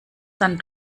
dann